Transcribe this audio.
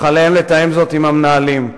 אך עליהם לתאם זאת עם המנהלים.